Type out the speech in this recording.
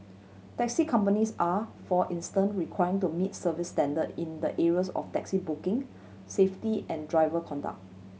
taxi companies are for instance require to meet service standard in the areas of taxi booking safety and driver conduct